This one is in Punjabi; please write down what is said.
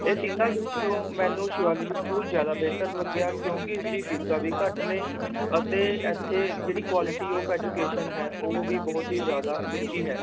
ਇਹ ਤਿੰਨਾਂ ਵਿੱਚੋਂ ਮੈਨੂੰ ਸ਼ਿਵਾਲਿਕ ਸਕੂਲ ਜ਼ਿਆਦਾ ਬਿਹਤਰ ਲੱਗਿਆ ਕਿਉਂਕਿ ਇਸਦੀ ਫੀਸਾਂ ਵੀ ਘੱਟ ਨੇ ਅਤੇ ਇੱਥੇ ਜਿਹੜੀ ਕੁਆਲਿਟੀ ਔਫ ਐਜੂਕੇਸ਼ਨ ਹੈ ਉਹ ਵੀ ਬਹੁਤ ਹੀ ਜ਼ਿਆਦਾ ਉੱਚੀ ਹੈ